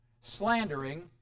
slandering